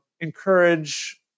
encourage